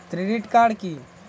Credit card কি?